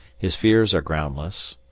his fears are groundless.